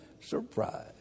surprise